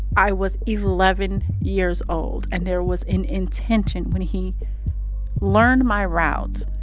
i was eleven years old and there was an intention when he learned my route.